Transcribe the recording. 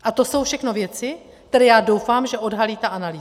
A to jsou všechno věci, které, doufám, že odhalí ta analýza.